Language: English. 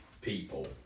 people